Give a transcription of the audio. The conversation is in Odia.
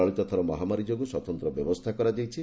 ଚଳିତ ଥର ମହାମାରୀ ଯୋଗୁଁ ସ୍ୱତନ୍ତ୍ର ବ୍ୟବସ୍ଥା କରାଯାଇଛି